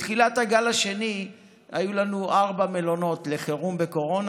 בתחילת הגל השני היו לנו ארבעה מלונות לחירום בקורונה.